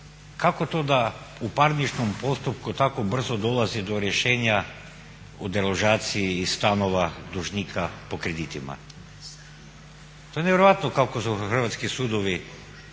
kako to da u parničnom postupku tako brzo dolazi do rješenja o deložaciji iz stanova dužnika po kreditima. To je nevjerojatno kako su hrvatski sudovi